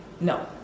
no